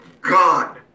God